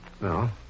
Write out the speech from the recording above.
No